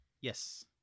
Yes